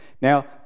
Now